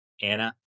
Anna